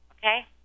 Okay